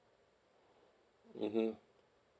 mmhmm